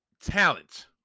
talent